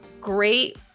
great